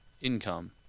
income